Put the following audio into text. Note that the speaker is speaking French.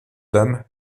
dame